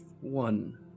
one